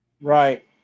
right